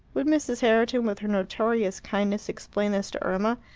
would mrs. herriton, with her notorious kindness, explain this to irma,